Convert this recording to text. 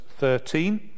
13